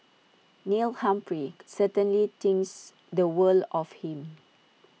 Neil Humphrey certainly thinks the world of him